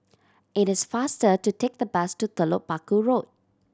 it is faster to take the bus to Telok Paku Road